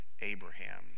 Abraham